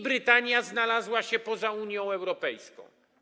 Brytania znalazła się poza Unią Europejską.